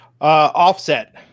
offset